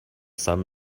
some